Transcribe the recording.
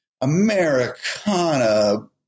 Americana